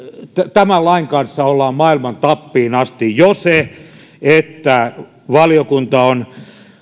tämän lain kanssa ollaan maailman tappiin asti jo se että valiokunta on